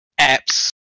apps